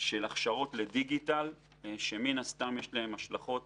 של הכשרות לדיגיטל שמן הסתם יש להן השלכות